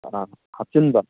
ꯍꯥꯞꯆꯤꯟꯕ